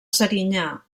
serinyà